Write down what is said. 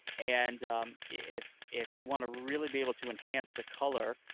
and if if you want to really be able to enhance the color,